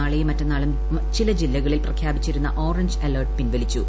നാളെയും മറ്റന്നാളും ചില ജില്ലകളിൽ പ്രഖ്യാപിച്ചിരുന്ന ഓറഞ്ച് അലർട്ട് പിൻവലിച്ചു